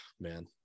man